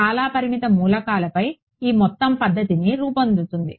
చాలా పరిమిత మూలకాలపై ఈ మొత్తం పద్ధతిని రూపొందుతుంది